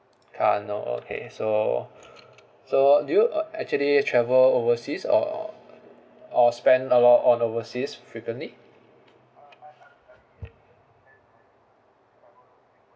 car no okay so so do you uh actually travel overseas or or spend a lot overseas frequently